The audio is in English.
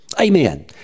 amen